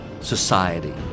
society